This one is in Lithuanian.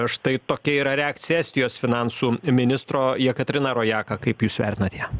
štai tokia yra reakcija estijos finansų ministro jekaterina rojaka kaip jūs vertinat ją